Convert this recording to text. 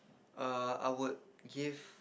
err I would give